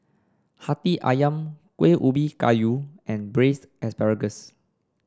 hati ayam Kuih Ubi Kayu and Braised Asparagus